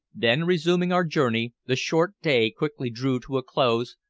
then, resuming our journey, the short day quickly drew to a close,